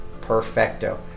Perfecto